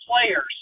players